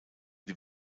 wie